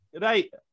Right